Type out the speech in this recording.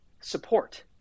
support